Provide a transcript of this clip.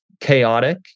chaotic